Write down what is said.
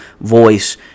voice